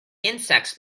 insects